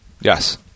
Yes